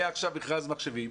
היה עכשיו מכרז מחשבים.